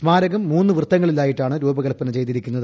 സ്മാരകം മുന്ന് വൃത്തങ്ങളിലായിട്ടാണ് രൂപകൽപ്പന ചെയ്തിരിക്കുന്നത്